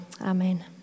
Amen